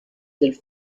del